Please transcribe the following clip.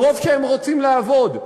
מרוב שהם רוצים לעבוד.